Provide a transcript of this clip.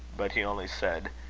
but he only said,